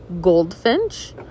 Goldfinch